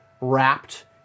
wrapped